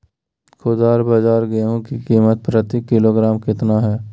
खुदरा बाजार गेंहू की कीमत प्रति किलोग्राम कितना है?